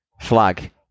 flag